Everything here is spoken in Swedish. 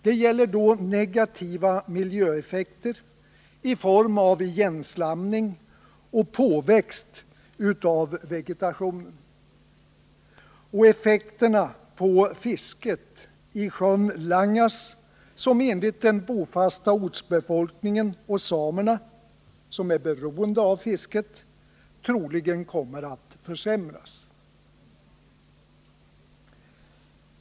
Det gäller negativa miljöeffekter i form av igenslamning och påväxt av vegetation samt effekter på fisket i sjön Langas, som enligt den bofasta ortsbefolkningen och samerna — som är beroende av fisket — troligen kommer att försämras.